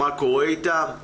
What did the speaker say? מה קורה איתם?